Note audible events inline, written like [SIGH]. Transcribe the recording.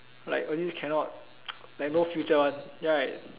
like all this cannot [NOISE] like no future one right